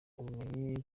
ubumenyi